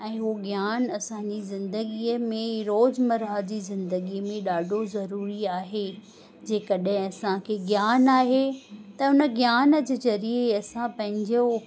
ऐं हू ज्ञान असांजी ज़िंदगीअ में रोज़मर्रा जी जिंदगीअ में ॾाढो ज़रूरी आहे जे कॾहिं असांखे ज्ञान आहे त उन ज्ञान जे ज़रिये असां पंहिंजो